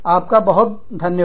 आपका बहुत धन्यवाद